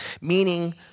meaning